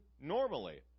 normally